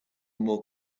more